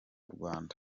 rwanda